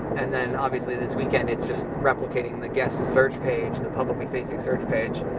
and then, obviously, this weekend, it's just replicating the guest search page, the publicly-facing search page,